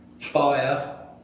fire